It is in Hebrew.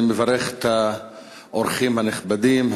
אני מברך את האורחים הנכבדים,